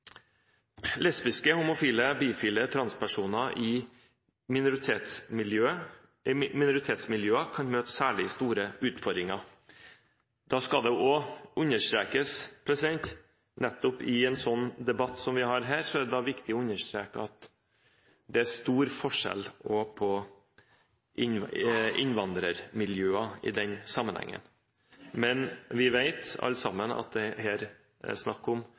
en sånn debatt som vi har her, er det viktig å understreke at det er stor forskjell på innvandrermiljøer i den sammenhengen, men vi vet alle sammen at det er snakk om